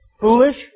Foolish